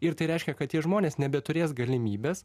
ir tai reiškia kad tie žmonės nebeturės galimybės